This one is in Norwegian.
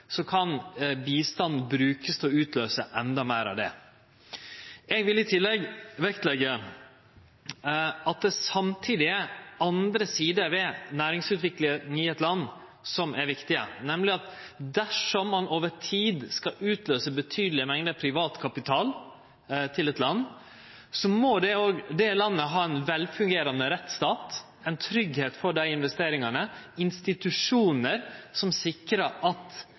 kan bistand brukast til å utløyse endå meir av dette. Eg vil i tillegg vektleggje at det samtidig er andre sider ved næringsutviklinga i eit land som er viktige, nemleg at dersom ein over tid skal utløyse betydelege mengder privatkapital til eit land, må det landet vere ein velfungerande rettsstat og ha tryggleik for dei investeringane og ha institusjonar som sikrar at